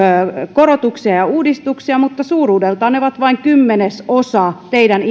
korotuksia ja uudistuksia mutta suuruudeltaan ne ovat vain kymmenesosa teidän